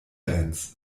bands